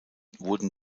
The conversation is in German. wurden